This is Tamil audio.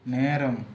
நேரம்